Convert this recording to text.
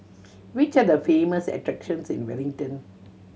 which are the famous attractions in Wellington